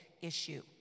issue